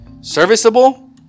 serviceable